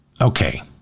Okay